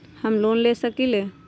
हम लोन ले सकील?